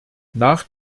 nach